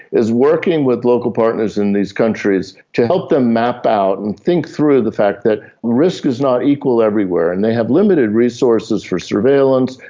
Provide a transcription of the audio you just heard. is working with local partners in these countries to help them map out and think through the fact that risk is not equal everywhere. and they have limited resources for surveillance,